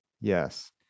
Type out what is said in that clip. Yes